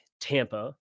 Tampa